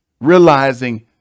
realizing